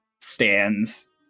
stands